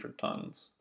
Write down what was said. tons